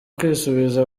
kwisubiza